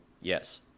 Yes